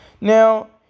Now